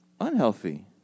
unhealthy